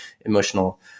emotional